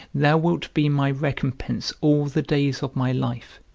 thou wilt be my recompense all the days of my life,